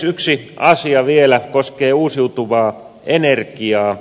yksi asia vielä koskee uusiutuvaa energiaa